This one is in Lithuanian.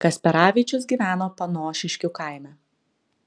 kasperavičius gyveno panošiškių kaime